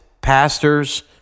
Pastors